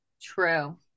True